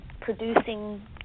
producing